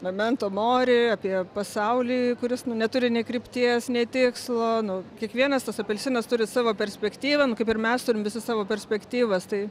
momento more apie pasaulį kuris neturi nė krypties nei tikslo nu kiekvienas tas apelsinas turi savo perspektyvą kaip ir mes turime visus savo perspektyvas tai